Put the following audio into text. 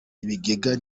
ibigega